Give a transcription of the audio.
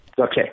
okay